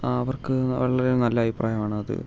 അവർക്ക് വളരെ നല്ല അഭിപ്രായമാണത്